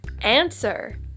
Answer